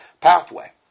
pathway